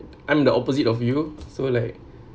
I'm the opposite of you so like